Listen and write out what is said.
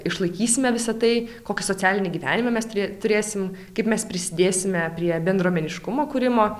išlaikysime visą tai kokį socialinį gyvenimą mes trė turėsim kaip mes prisidėsime prie bendruomeniškumo kūrimo